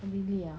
really ah